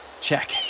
Check